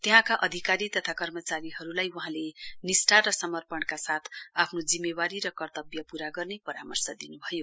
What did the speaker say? त्यहाँका अधिकारी तथा कर्मचारीहरूलाई वहाँले निष्ठा र समपर्णका साथ आफ्नो जिम्मेवारी र कर्तब्य पूरा गर्ने परामर्श दिन्भयो